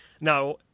now